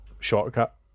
shortcut